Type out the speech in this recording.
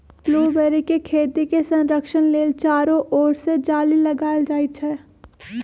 blueberry के खेती के संरक्षण लेल चारो ओर से जाली लगाएल जाइ छै